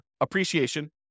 appreciation